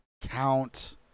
count